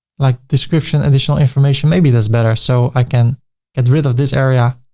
like description, additional information. maybe that's better. so i can get rid of this area,